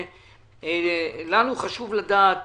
לנו חשוב לדעת